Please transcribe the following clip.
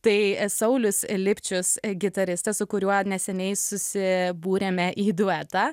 tai saulius lipčius gitaristas su kuriuo neseniai susibūrėme į duetą